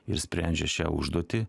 ir sprendžia šią užduotį